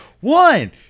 one